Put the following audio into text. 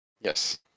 yes